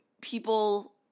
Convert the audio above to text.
people